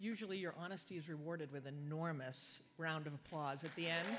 usually your honesty is rewarded with a normal us round of applause at the end